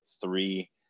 three